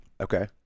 Okay